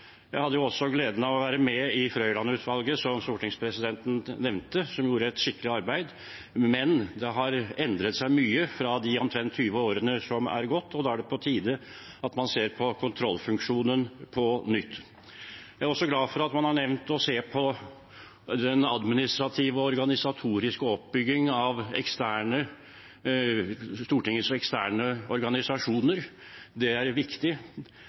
Jeg hadde også gleden av å være med i Frøiland-utvalget, som stortingspresidenten nevnte, og som gjorde et skikkelig arbeid, men mye har endret seg på de omtrent 20 årene som er gått, og da er det på tide at man ser på kontrollfunksjonen på nytt. Jeg er også glad for at man har nevnt å se på den administrative og organisatoriske oppbyggingen av Stortingets eksterne organisasjoner – det er viktig